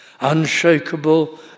unshakable